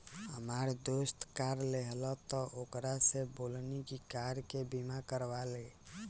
हामार दोस्त कार लेहलस त ओकरा से बोलनी की कार के बीमा करवा ले